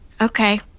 Okay